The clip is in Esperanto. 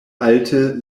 alte